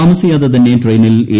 താമസിയാതെ തന്നെ ട്രെയിനിൽ എ